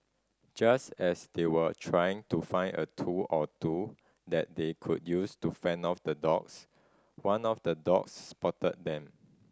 just as they were trying to find a tool or two that they could use to fend off the dogs one of the dogs spotted them